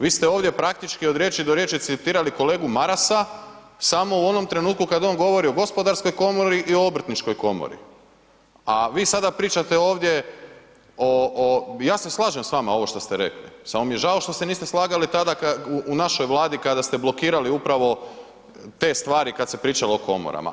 Vi ste ovdje praktički od riječi od riječi citirali kolegu Marasa samo u onom trenutku kad on govori o gospodarskoj komori i o obrtničkoj komori a vi sada pričate ovdje o i ja se slažem s vama ovo što ste rekli samo mi je žao što se niste slagali tada u našoj Vladi kada ste blokirali upravo te stvari kad se pričalo o komorama.